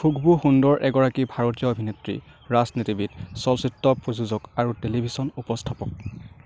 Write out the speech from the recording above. খুশবু সুন্দৰ এগৰাকী ভাৰতীয় অভিনেত্ৰী ৰাজনীতিবিদ চলচ্চিত্ৰ প্ৰযোজক আৰু টেলিভিছন উপস্থাপক